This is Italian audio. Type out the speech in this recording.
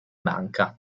banca